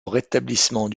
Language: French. rétablissement